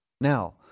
Now